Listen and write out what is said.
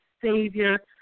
Savior